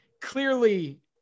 clearly